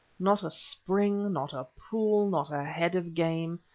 not a spring, not a pool, not a head of game!